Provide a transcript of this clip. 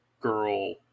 girl